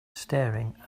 staring